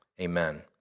Amen